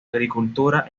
agricultura